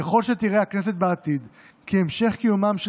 ככל שתראה הכנסת בעתיד כי המשך קיומם של